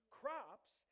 crops